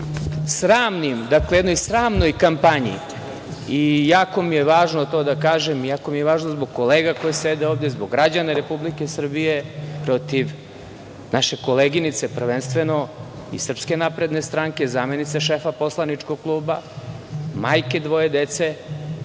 se nije oglasio o jednoj sramnoj kampanji. Jako mi je važno to da kažem, jako mi je važno zbog kolega koji sede ovde, zbog građana Republike Srbije, protiv naše koleginice prvenstveno iz SNS, zamenice šefa poslaničkog kluba, majke dvoje dece,